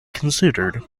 considered